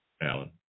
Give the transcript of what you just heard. Alan